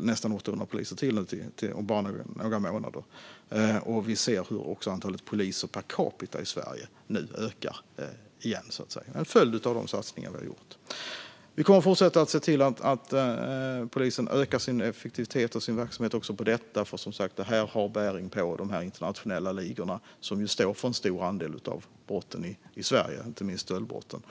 nästan 800 poliser går ut om bara några månader, och vi ser nu hur antalet poliser per capita i Sverige ökar igen. Det är en följd av de satsningar som vi har gjort. Vi kommer att fortsätta att se till att polisen ökar sin effektivitet och verksamhet, för det har som sagt bäring på de internationella ligorna, som står för en stor andel av brotten i Sverige, inte minst stöldbrotten.